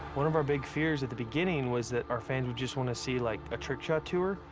one of our big fears at the beginning was that our fans would just want to see, like, a trick shot tour.